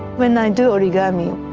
when i do origami,